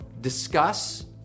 discuss